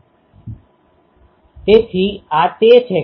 તેથી આ પેટર્નનો આની સાથે ગુણાકાર થશે અને બીજી પેટર્નનો અહીં ગુણાકાર થશે